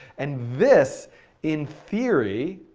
and this in theory,